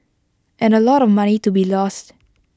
and A lot of money to be lost